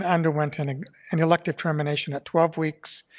ah underwent and and an elective termination at twelve weeks.